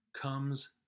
comes